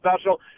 special